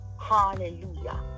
hallelujah